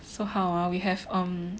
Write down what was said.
so how ah we have um